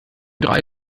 drei